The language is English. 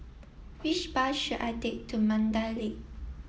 which bus should I take to Mandai Lake